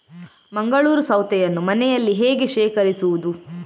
ಮಂಗಳೂರು ಸೌತೆಯನ್ನು ಮನೆಯಲ್ಲಿ ಹೇಗೆ ಶೇಖರಿಸುವುದು?